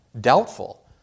doubtful